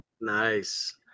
nice